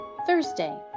Thursday